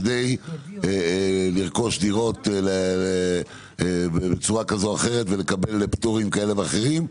כדי לרכוש דירות בצורה כזו או אחרת ולקבל פטורים כאלה ואחרים.